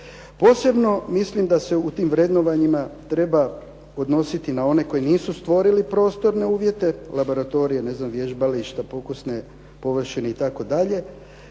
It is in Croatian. Posebno mislim da se u tim vrednovanjima treba odnositi na one koji nisu stvorili prostorne uvjete, laboratorije, ne znam vježbališta, pokusne površine i